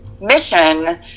mission